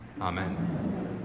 Amen